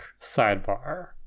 sidebar